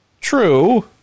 true